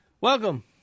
Welcome